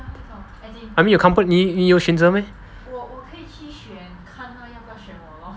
I mean 有 company I mean 你有选择 meh